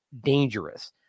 dangerous